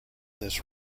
this